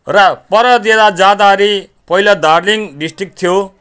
र परतिर जाँदाखेरि पहिला दार्जिलिङ डिस्ट्रिक थियो